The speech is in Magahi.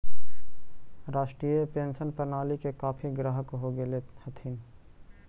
राष्ट्रीय पेंशन प्रणाली के काफी ग्राहक हो गेले हथिन